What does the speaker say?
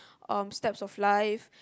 um steps of life